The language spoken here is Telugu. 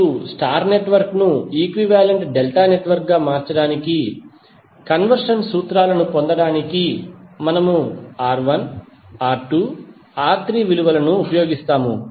ఇప్పుడు స్టార్ నెట్వర్క్ ను ఈక్వివాలెంట్ డెల్టా నెట్వర్క్ గా మార్చడానికి కన్వర్షన్ సూత్రాలను పొందడానికి మనము R1 R2 R3 విలువను ఉపయోగిస్తాము